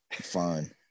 fine